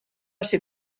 ser